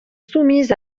soumises